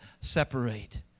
separate